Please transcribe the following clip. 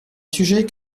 sujet